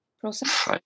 process